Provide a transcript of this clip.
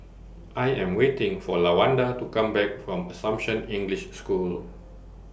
I Am waiting For Lawanda to Come Back from Assumption English School